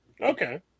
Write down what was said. Okay